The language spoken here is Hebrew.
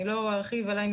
אם אינני